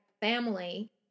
family